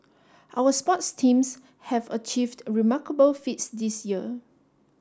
our sports teams have achieved remarkable feats this year